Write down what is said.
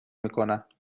میکنم